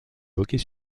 hockey